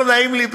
לא נעים לי,